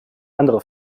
andere